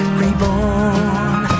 reborn